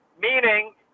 meaning